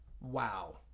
wow